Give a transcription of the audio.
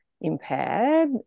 impaired